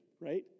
right